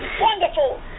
Wonderful